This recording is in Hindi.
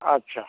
अच्छा